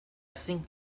think